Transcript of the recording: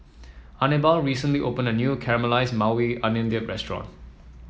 Anibal recently opened a new Caramelized Maui Onion Dip restaurant